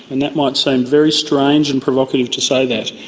and that might seem very strange and provocative to say that,